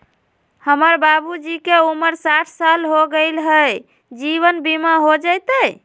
हमर बाबूजी के उमर साठ साल हो गैलई ह, जीवन बीमा हो जैतई?